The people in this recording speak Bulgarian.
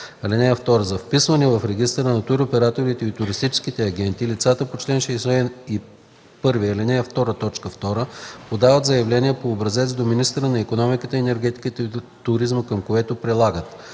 ал. 3. (2) За вписване в Регистъра на туроператорите и туристическите агенти лицата по чл. 61, ал. 2, т. 2 подават заявление по образец до министъра на икономиката, енергетиката и туризма, към което прилагат: